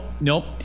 nope